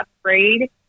afraid